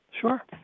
Sure